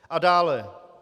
A dále.